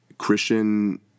Christian